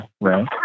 right